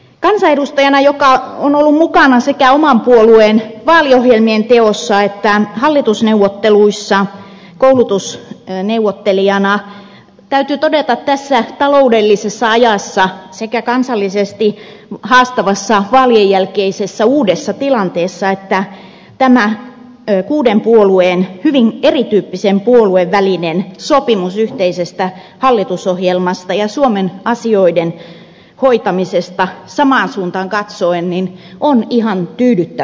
kansanedustajana joka on ollut mukana sekä oman puolueen vaaliohjelmien teossa että hallitusneuvotteluissa koulutusneuvottelijana täytyy todeta tässä taloudellisessa ajassa sekä kansallisesti haastavassa vaalien jälkeisessä uudessa tilanteessa että tämä kuuden hyvin erityyppisen puolueen välinen sopimus yhteisestä hallitusohjelmasta ja suomen asioiden hoitamisesta samaan suuntaan katsoen on ihan tyydyttävä ratkaisu